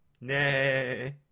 Nay